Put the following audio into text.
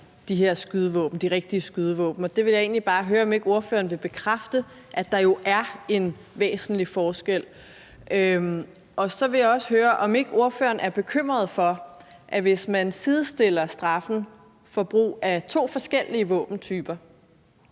de her rigtige skydevåben. Og det vil jeg egentlig bare høre om ikke ordføreren vil bekræfte, altså at der jo er en væsentlig forskel. Så vil jeg også høre, om ikke ordføreren er bekymret for, at hvis man sidestiller straffen for brug af to forskellige våbentyper,